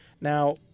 now